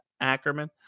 Ackerman